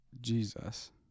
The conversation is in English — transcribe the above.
Jesus